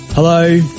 Hello